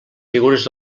figures